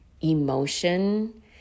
emotion